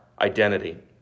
identity